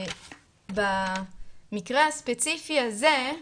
במקרה הספציפי הזה,